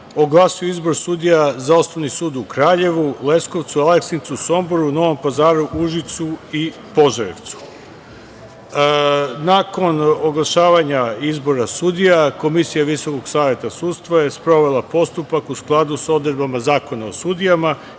oglasio izbor sudija za Osnovni sud u Kraljevu, Leskovcu, Aleksincu, Somboru, Novom Pazaru, Užicu i Požarevcu. Nakon oglašavanja izbora sudija Komisija Visokog saveta sudstva je sprovela postupak u skladu sa odredbama Zakona o sudijama